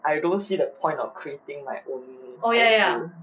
I don't see the point of creating my own 孩子